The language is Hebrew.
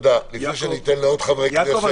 לפני שניתן לעוד חברי כנסת --- יעקב,